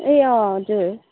ए अँ हजुर